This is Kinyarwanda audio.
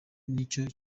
nicyo